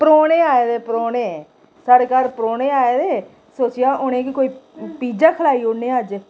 परौह्ने आए दे परौह्ने साढ़े घर परौह्ने आए दे सोचेआ उनेंगी कोई पिज्जा खलाई उड़ने आं अज्ज